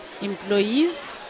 Employees